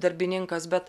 darbininkas bet